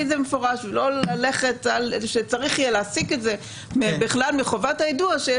זה במפורש ולא שיהיה צריך להסיק את זה מחובת היידוע.